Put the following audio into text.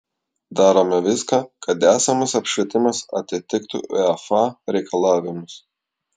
darome viską kad esamas apšvietimas atitiktų uefa reikalavimus